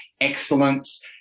excellence